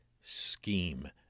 scheme